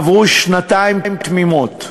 עברו שנתיים תמימות,